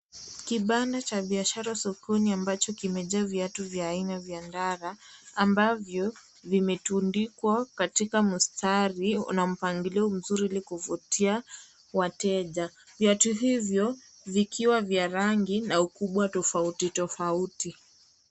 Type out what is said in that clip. Kipanda cha biashara sokoni ambacho kimejaa viatu vya aina vya ndara, ambavyo vimetumdikwa katika mstari una mpangilio mzuri ili kufutia wateja ,viatu hivyo vikiwa vya rangi na ukubwa tofauti tofauti.